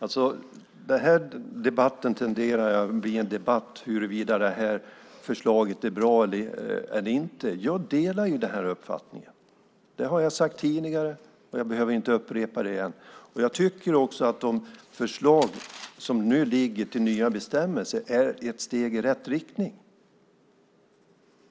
talman! Den här debatten tenderar att bli en debatt om huruvida det här förslaget är bra eller inte. Jag delar uppfattningen att det är bra. Det har jag sagt tidigare och jag behöver inte upprepa det. Jag tycker också att de förslag som nu ligger till nya bestämmelser är ett steg i rätt riktning.